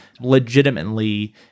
legitimately